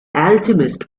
alchemist